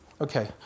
Okay